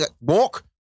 walk